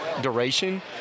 duration